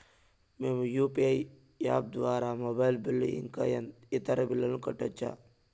మేము U P I app ద్వారా mobile bill ఇంకా ఇతర బిల్లులను కట్టొచ్చు